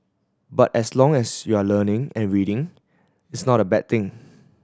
but as long as you are learning and reading it's not a bad thing